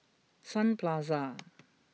Sun Plaza